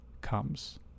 comes